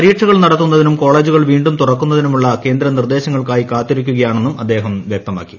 പരീക്ഷകൾ നടത്തുന്നതിനും കോളേജുകൾ വീണ്ടും തുറക്കുന്നതിനുമുള്ള കേന്ദ്ര നിർദ്ദേശങ്ങൾക്കായി കാത്തിരിക്കുകയാണെന്നും അദ്ദേഹം വ്യക്തമാക്കി